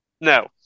No